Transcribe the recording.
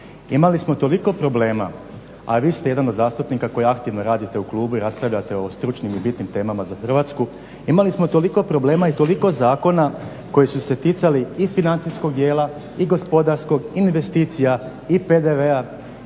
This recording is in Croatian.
Imali smo toliko problema a vi ste jedan od zastupnika koji aktivno radite u klubu i raspravljate o stručnim i bitnim temama za Hrvatsku. Imali smo toliko problema i toliko zakona koji su se ticali i financijskog dijela i gospodarskog, investicija i PDV-a